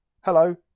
Hello